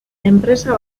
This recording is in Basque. enpresa